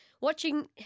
watching